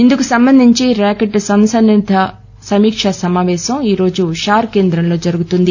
ఇందుకు సంబంధించి రాకెట్ప సన్నద్దత సమీక్ష సమావేశం ఈ రోజు షార్ కేంద్రంలో జరుగుతుంది